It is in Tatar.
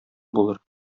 булыр